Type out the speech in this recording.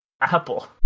Apple